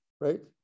right